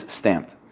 stamped